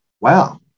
Wow